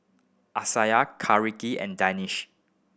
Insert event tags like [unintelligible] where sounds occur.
Amsyar [unintelligible] and Danish